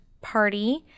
party